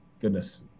goodness